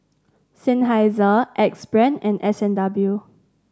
Seinheiser Axe Brand and S and W